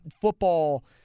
football